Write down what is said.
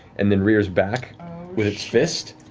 and then rears back with its fist,